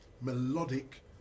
melodic